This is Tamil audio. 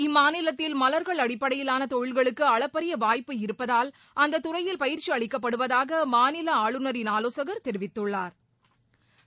இம்மாநிலத்தில் மலர்கள் அடிப்படையிலான தொழில்களுக்கு அளப்பரிய வாய்ப்பு இருப்பதால் அந்த துறையில் பயிற்சி அளிக்கப்படுவதாக மாநில ஆளுநரின் ஆலோசகர் திரு குர்ஷித் அகமத் கனி தெரிவித்துள்ளார்